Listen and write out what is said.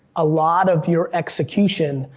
a lot of your execution,